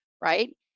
right